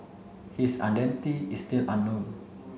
his identity is still unknown